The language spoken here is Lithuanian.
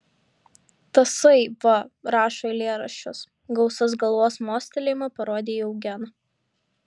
tasai va rašo eilėraščius gausas galvos mostelėjimu parodė į eugeną